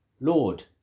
Lord